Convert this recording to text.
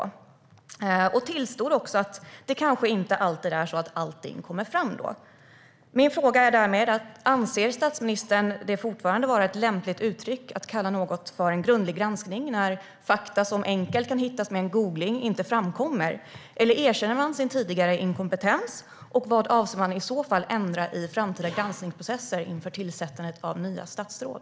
Statsministern tillstår också att det kanske inte alltid är så att allt kommer fram. Anser statsministern att det fortfarande är ett lämpligt uttryck att kalla något för en grundlig granskning när fakta som enkelt kan hittas med en googling inte framkommer? Eller erkänner han sin tidigare inkompetens? Vad avser man i så fall att ändra i framtida granskningsprocesser inför tillsättandet av nya statsråd?